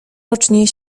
rocznie